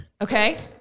Okay